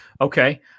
Okay